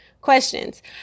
questions